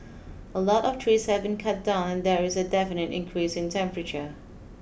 a lot of trees have been cut down and there is a definite increase in temperature